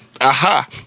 Aha